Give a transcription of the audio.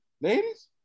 Ladies